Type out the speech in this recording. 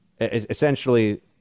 essentially